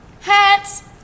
hats